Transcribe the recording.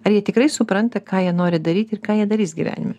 ar jie tikrai supranta ką jie nori daryti ir ką jie darys gyvenime